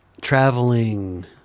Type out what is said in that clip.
traveling